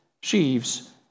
sheaves